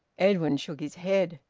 edwin shook his head.